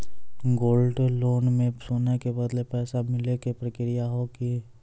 Gold loan मे सोना के बदले पैसा मिले के प्रक्रिया हाव है की?